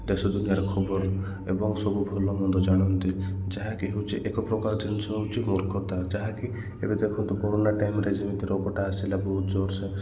ଦେଶ ଦୁନିଆର ଖବର ଏବଂ ସବୁ ଭଲ ମନ୍ଦ ଜାଣନ୍ତି ଯାହାକି ହେଉଛି ଏକ ପ୍ରକାର ଜିନିଷ ହେଉଛି ମୂର୍ଖତା ଯାହାକି ଏବେ ଦେଖନ୍ତୁ କୋରୋନା ଟାଇମ୍ରେ ଯେମିତି ରୋଗଟା ଆସିଲା ବହୁତ ଜୋର୍ସେ